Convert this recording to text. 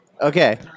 Okay